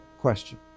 question